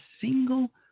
single